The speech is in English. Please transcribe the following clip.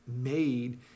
made